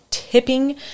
tipping